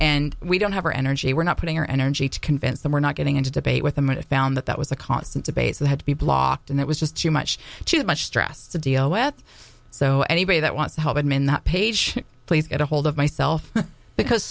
and we don't have our energy we're not putting our energy to convince them we're not getting into debate with a minute found that that was a constant debates that had to be blocked and it was just too much too much stress to deal with so anybody that wants to help admin that page please get ahold of myself because